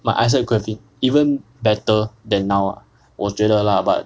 my eyesight could've been even better than now ah 我觉得 lah but